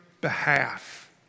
behalf